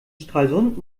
stralsund